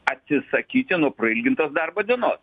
atsisakyti nuo prailgintos darbo dienos